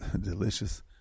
delicious